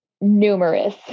numerous